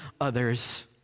others